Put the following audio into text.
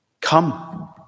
Come